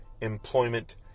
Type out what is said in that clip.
employment